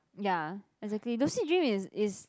ya exactly lucid dream is is